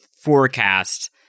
forecast